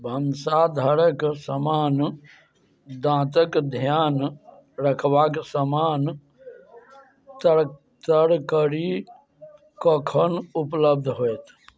भनसाघरक सामान दाँतक ध्यान रखबाक सामान तर तरकरी कखन उपलब्ध होयत